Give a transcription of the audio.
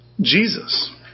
Jesus